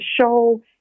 show